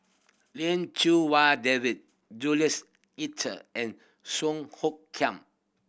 Lin Chew Wai David Jules and Song Hoot Kiam